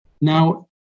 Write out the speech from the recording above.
now